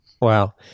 Wow